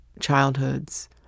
childhoods